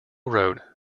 wrote